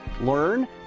learn